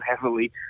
heavily